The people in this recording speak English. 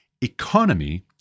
economy